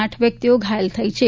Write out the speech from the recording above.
આઠ વ્યક્તિઓ ઘાયલ થઇ છે